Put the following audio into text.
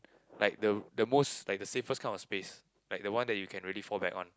like the the most like the safest kind of space like the one that you can really fall back one